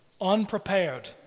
unprepared